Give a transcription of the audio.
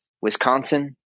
Wisconsin